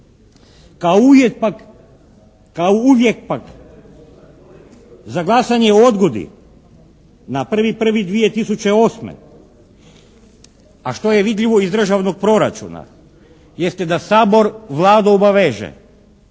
Kao uvijek pak za glasanje o odgodi na 1.1.2008., a što je vidljivo iz državnog proračuna jeste da Sabor Vladu obaveže